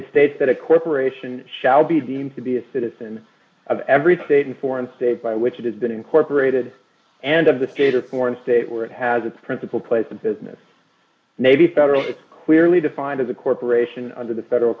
states that a corporation shall be deemed to be a citizen of every state and foreign state by which it has been incorporated and of the state or foreign state where it has its principal place of business may be federal its clearly defined as a corporation d under the federal